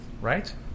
right